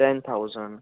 ten thousand